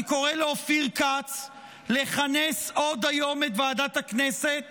אני קורא לאופיר כץ לכנס עוד היום את ועדת הכנסת